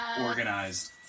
Organized